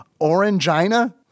Orangina